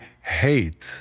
hate